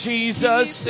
Jesus